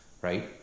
Right